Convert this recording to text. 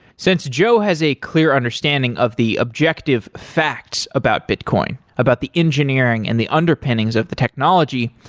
since joe has a clear understanding of the objective facts about bitcoin, about the engineering and the underpinnings of the technology,